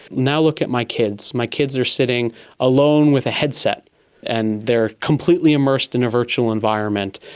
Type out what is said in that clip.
now look at my kids, my kids are sitting alone with a headset and they are completely immersed in a virtual environment,